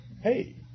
Hey